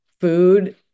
food